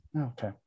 Okay